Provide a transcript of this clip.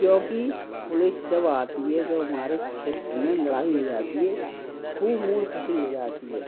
क्योंकि पुलिस जब आती है जो हमारे क्षेत्र में लड़ाई हो जाती है खूब मूड़फटी हो जाती है